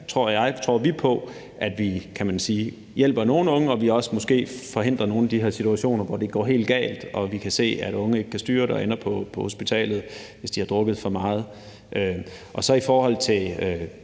her graduering hjælper nogle unge, og at vi måske også forhindrer nogle af de her situationer, hvor det går helt galt, og hvor vi kan se, at unge ikke kan styre det og ender på hospitalet, hvis de har drukket for meget. I forhold til